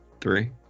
Three